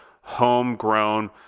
homegrown